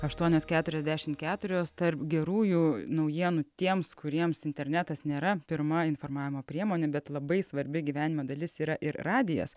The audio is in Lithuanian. aštuonios keturiasdešimt keturios tarp gerųjų naujienų tiems kuriems internetas nėra pirma informavimo priemonė bet labai svarbi gyvenimo dalis yra ir radijas